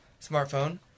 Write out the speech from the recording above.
smartphone